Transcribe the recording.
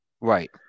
right